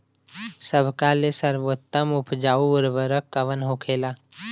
सबका ले सर्वोत्तम उपजाऊ उर्वरक कवन होखेला?